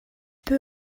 peu